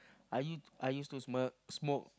I I used to smoke